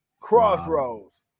Crossroads